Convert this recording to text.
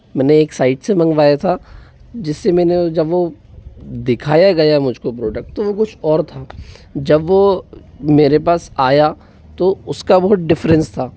मैंने एक साइट से मंगवाया था जिससे मैंने जब वो दिखाया गया मुझको प्रोडक्ट तो वो कुछ और था जब वो मेरे पास आया तो उसका बहुत डिफरेंस था